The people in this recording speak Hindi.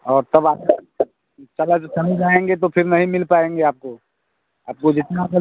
और तब आप तब चले जाएंगे तो फिर नहीं मिल पाएंगे आपको आपको जितना बोला